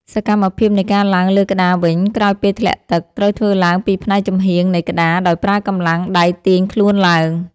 សកម្មភាពនៃការឡើងលើក្តារវិញក្រោយពេលធ្លាក់ទឹក ត្រូវធ្វើឡើងពីផ្នែកចំហៀងនៃក្តារដោយប្រើកម្លាំងដៃទាញខ្លួនឡើង។